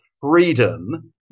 freedom